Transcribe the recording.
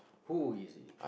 who is it